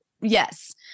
Yes